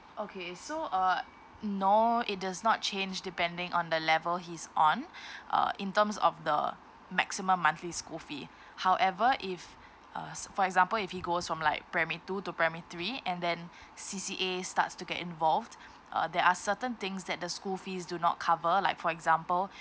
okay so uh mm no it does not change depending on the level he's on uh in terms of the maximum monthly school fee however if uh s~ for example if he goes from like primary two to primary three and then C_C_A starts to get involved uh there are certain things that the school fees do not cover like for example